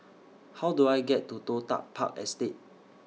How Do I get to Toh Tuck Park Estate